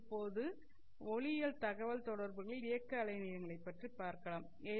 இப்போது ஒளியியல் தகவல் தொடர்புகளில் இயக்க அலை நீளங்களைப் பற்றி பார்க்கலாம் எல்